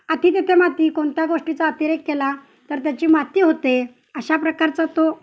अती तेथे माती कोणत्या गोष्टीचा अतिरेक केला तर त्याची माती होते अशा प्रकारचा तो